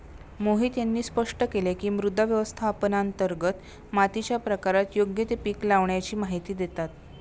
मोहित यांनी स्पष्ट केले की, मृदा व्यवस्थापनांतर्गत मातीच्या प्रकारात योग्य ते पीक लावाण्याची माहिती देतात